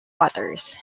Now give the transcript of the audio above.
waters